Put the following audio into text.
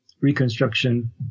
reconstruction